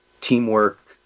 teamwork